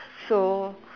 so